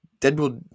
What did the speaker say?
Deadpool